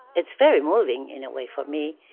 it's very moving in a way for me.